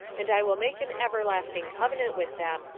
and i will make an everlasting covenant with them,